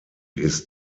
ist